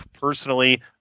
personally